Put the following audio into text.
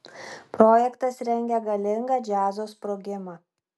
projektas rengia galingą džiazo sprogimą